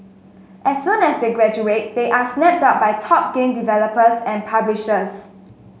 as soon as they graduate they are snapped up by top game developers and publishers